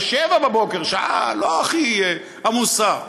שעה לא הכי עמוסה.